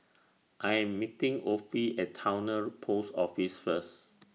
I Am meeting Offie At Towner Post Office First